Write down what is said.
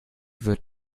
wird